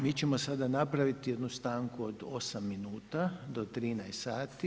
Mi ćemo sada napraviti jednu stanku od 8 minuta, do 13,00 sati.